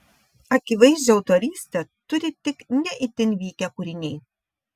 akivaizdžią autorystę turi tik ne itin vykę kūriniai